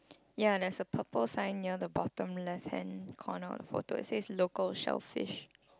yeah there is a purple sign near the bottom left hand corner photo say logo sell fish